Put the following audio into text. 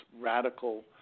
radical